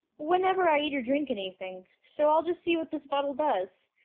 whenever i eat or drink anything so i'll just see what this bottle does.